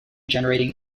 generating